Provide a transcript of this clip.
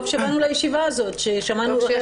טוב שבאנו לישיבה הזאת, ששמענו.